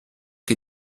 che